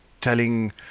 telling